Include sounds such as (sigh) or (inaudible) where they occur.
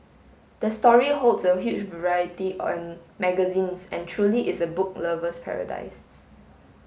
the story holds a huge variety (unintelligible) magazines and truly is a book lover's paradises